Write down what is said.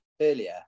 earlier